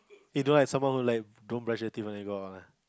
you don't have someone who like don't brush their teeth when they go out one ah